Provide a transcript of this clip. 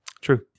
True